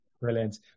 brilliant